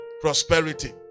prosperity